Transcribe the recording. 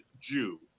Jew